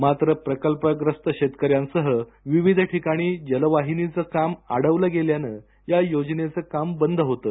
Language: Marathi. मात्र प्रकल्पग्रस्त शेतकऱ्यांसह विविध ठिकाणी जलवाहिनीचं काम अडवलं गेल्यानं या योजनेचं काम बंद होतं